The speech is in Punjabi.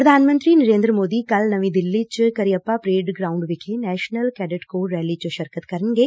ਪ੍ਰਧਾਨ ਮੰਤਰੀ ਨਰੇਂਦਰ ਮੋਦੀ ਕੱਲੂ ਨਵੀਂ ਦਿੱਲੀ ਚ ਕਰੀਅੱਪਾ ਪਰੇਡ ਗਰਾਊਂਡ ਵਿਖੇ ਨੈਸਨਲ ਕੈਡਟ ਕੋਰ ਰੈਲੀ ਚ ਸ਼ਿਰਕਤ ਕਰਨਗੇ